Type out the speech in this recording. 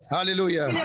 Hallelujah